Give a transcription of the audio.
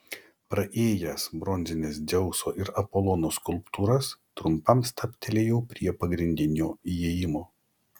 praėjęs bronzines dzeuso ir apolono skulptūras trumpam stabtelėjau prie pagrindinio įėjimo